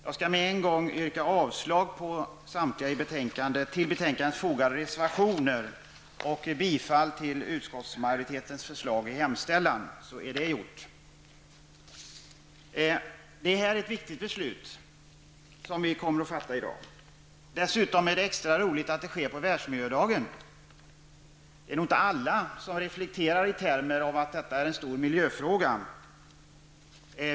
Jag skall med en gång yrka avslag på samtliga till betänkandet fogade reservationer och bifall till utskottsmajoritetens förslag i hemställan, så är det gjort. Det är ett viktigt beslut som vi kommer att fatta i dag. Dessutom är det extra roligt att det sker på världsmiljödagen. Det är nog inte alla som reflekterar över att detta är en stor miljöfråga.